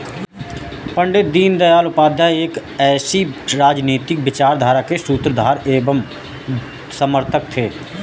पण्डित दीनदयाल उपाध्याय एक ऐसी राजनीतिक विचारधारा के सूत्रधार एवं समर्थक थे